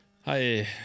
hi